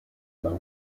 low